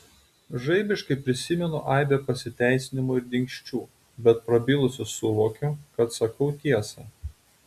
žaibiškai prisimenu aibę pasiteisinimų ir dingsčių bet prabilusi suvokiu kad sakau tiesą